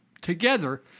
together